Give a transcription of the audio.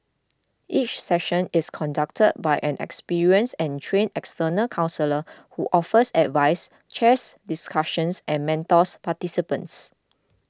each session is conducted by an experienced and trained external counsellor who offers advice chairs discussions and mentors participants